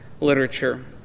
literature